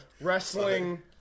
wrestling